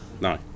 no